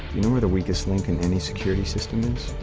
the weakest link in any security system is?